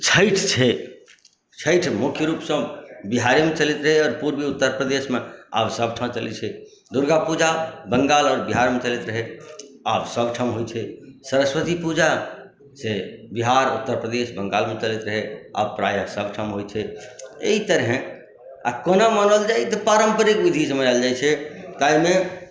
छठि छै छठि मुख्य रूपसँ बिहारेमे चलैत रहै आओर पूर्वी उत्तरप्रदेशमे आब सभठाम चलैत छै दुर्गा पूजा बङ्गाल आओर बिहारमे चलैत रहै आब सभठाम होइत छै सरस्वती पूजा से बिहार उत्तरप्रदेश बङ्गालमे चलैत रहै आब प्रायः सभठाम होइत छै एहि तरहे आ कोना मनाओल जाय तऽ पारम्परिक विधिसे मनायल जाइत छै ताहिमे